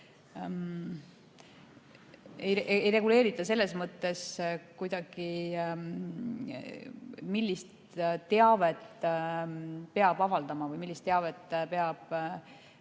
ei reguleerita kuidagi, millist teavet peab avaldama või millist teavet peab